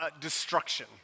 destruction